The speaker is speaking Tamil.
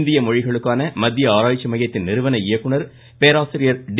இந்திய மொழிகளுக்கான மத்திய ஆராய்ச்சி மையத்தின் நிறுவன இயக்குநர் பேராசிரியர் டி